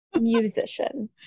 musician